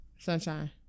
Sunshine